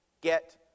get